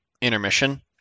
intermission